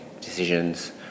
decisions